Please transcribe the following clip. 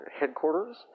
Headquarters